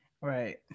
right